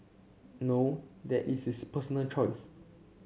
no that is his personal choice